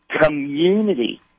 Community